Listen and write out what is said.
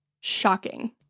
Shocking